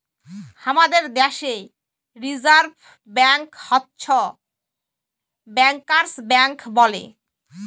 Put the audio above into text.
হামাদের দ্যাশে reserve bank হচ্ছ ব্যাংকার্স ব্যাঙ্ক বলে